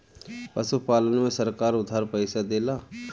पशुपालन में सरकार उधार पइसा देला?